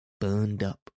burned-up